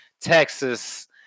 Texas